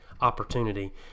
opportunity